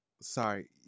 sorry